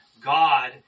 God